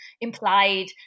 implied